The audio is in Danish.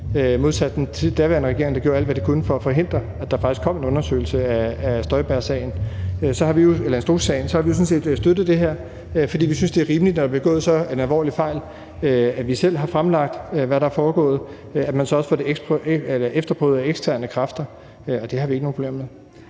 Modsat den daværende regering, der gjorde alt, hvad de kunne, for at forhindre, at der faktisk kom en undersøgelse af Instrukssagen, har vi sådan set støttet det her, fordi vi synes, det er rimeligt, når der er begået en så alvorlig fejl, at vi selv fremlægger, hvad der er foregået, og at man så også får det efterprøvet af eksterne kræfter. Det har vi ikke nogen problemer med.